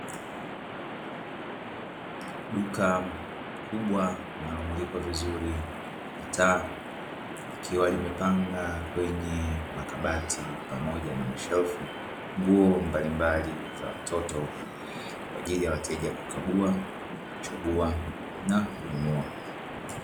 Duka kubwa linalomulikwa vizuri na taa likiwa limepanga kwenye makabati pamoja na mashelfu nguo mbalimbali za watoto; kwa ajili ya wateja kukagua, kuchagua na kununua.